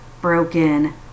broken